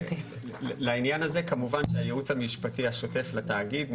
לעניין הזה כמובן שהייעוץ המשפטי השוטף לתאגיד,